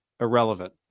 Irrelevant